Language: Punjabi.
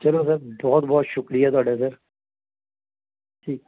ਚਲੋ ਸਰ ਬਹੁਤ ਬਹੁਤ ਸ਼ੁਕਰੀਆਂ ਤੁਹਾਡਾ ਸਰ ਠੀਕ